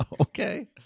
Okay